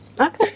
Okay